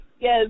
Yes